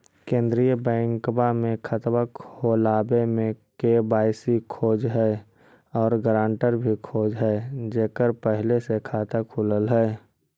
केंद्रीय बैंकवा मे खतवा खोलावे मे के.वाई.सी खोज है और ग्रांटर भी खोज है जेकर पहले से खाता खुलल है?